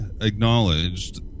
acknowledged